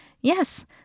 Yes